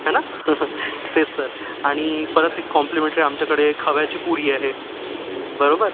आहे ना तेच सर आणि परत ते कॉम्प्लिमेन्ट्री आमच्याकडे खव्याची पुरी आहे बरोबर